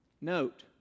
Note